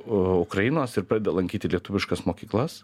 ukrainos ir pradeda lankyti lietuviškas mokyklas